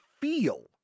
feel